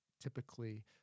typically